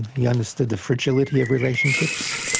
he understood the fragility of relationships,